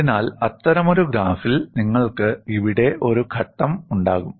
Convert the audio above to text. അതിനാൽ അത്തരമൊരു ഗ്രാഫിൽ നിങ്ങൾക്ക് ഇവിടെ ഒരു ഘട്ടം ഉണ്ടാകും